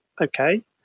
Okay